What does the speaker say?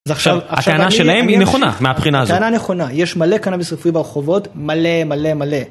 הקנה שלהם היא נכונה, מהבחינה הזאת. הקנה נכונה, יש מלא קנה מספרית ברחובות, מלא מלא מלא.